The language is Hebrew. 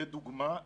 לדוגמה,